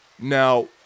Now